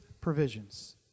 provisions